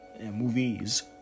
movies